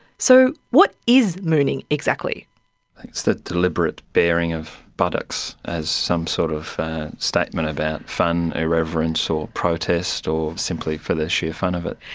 so what is mooning exactly? it's the deliberate bearing of buttocks as some sort of statement about fun, irreverence or protest, or simply for the sheer fun of it.